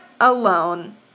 alone